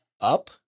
up